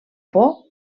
por